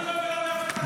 חברת הכנסת ביטון, די.